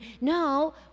no